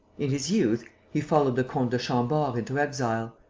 in his youth, he followed the comte de chambord into exile.